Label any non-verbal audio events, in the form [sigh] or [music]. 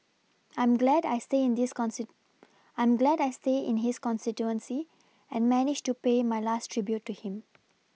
I'm glad I stay in this [unintelligible] I'm glad I stay in his constituency and managed to pay my last tribute to him